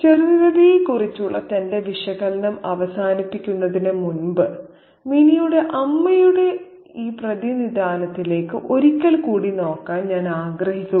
ചെറുകഥയെക്കുറിച്ചുള്ള നമ്മുടെ വിശകലനം അവസാനിപ്പിക്കുന്നതിന് മുമ്പ് മിനിയുടെ അമ്മയുടെ ഈ പ്രതിനിധാനത്തിലേക്ക് ഒരിക്കൽ കൂടി നോക്കാൻ ഞാൻ ആഗ്രഹിക്കുന്നു